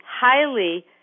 highly